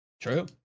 True